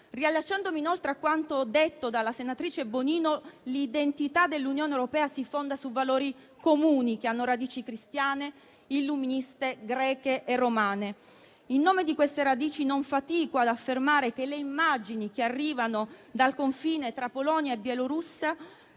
Riallacciandomi inoltre a quanto detto dalla senatrice Bonino, l'identità dell'Unione europea si fonda su valori comuni che hanno radici cristiane, illuministe, greche e romane. In nome di queste radici non fatico ad affermare che le immagini che arrivano dal confine tra Polonia e Bielorussia